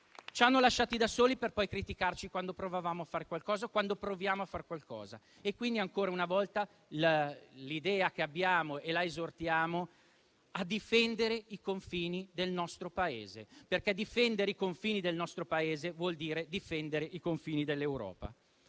Ci hanno lasciati soli per poi criticarci quando provavamo a fare qualcosa, quando proviamo a far qualcosa. Quindi, ancora una volta, la esortiamo a difendere i confini del nostro Paese, perché difendere i confini del nostro Paese vuol dire difendere i confini dell'Europa.